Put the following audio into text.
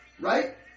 right